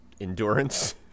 endurance